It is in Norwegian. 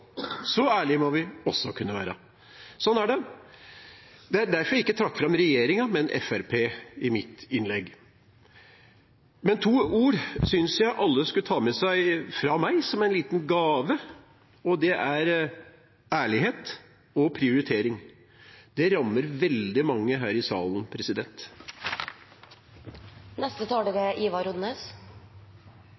Så ærlige må vi kunne være. Sånn er det. Det var derfor jeg ikke trakk fram regjeringen, men Fremskrittspartiet i mitt innlegg. Men to ord synes jeg alle skulle ta med seg som en liten gave fra meg, og det er «ærlighet» og «prioritering». Det rammer veldig mange her i salen. Det er